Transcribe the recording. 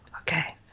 Okay